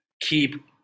keep